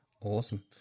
awesome